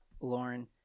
Lauren